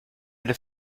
eine